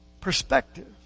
perspective